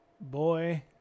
boy